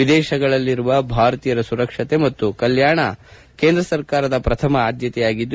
ವಿದೇಶಗಳಲ್ಲಿರುವ ಭಾರತೀಯರ ಸುರಕ್ಷತೆ ಮತ್ತು ಕಲ್ಲಾಣ ಸರ್ಕಾರದ ಪ್ರಥಮ ಆದ್ಗತೆಯಾಗಿದ್ದು